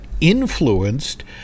influenced